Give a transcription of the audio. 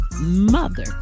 mother